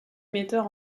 metteur